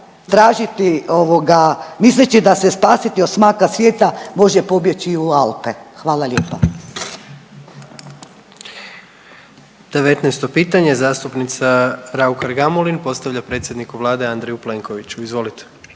tražiti ovoga misleći da se spasiti od smaka svijeta može pobjeći i u Alpe. Hvala lijepa. **Jandroković, Gordan (HDZ)** 19. pitanje zastupnica Raukar Gamulin postavlja predsjedniku vlade Andreju Plenkoviću.